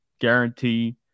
guarantee